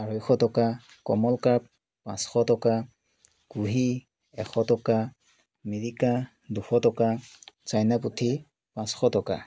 আঢ়ৈশ টকা common carp পাঁচশ টকা কুহি এশ টকা মিৰিকা দুশ টকা চাইনা পুঠি পাঁচশ টকা